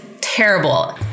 terrible